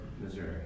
Missouri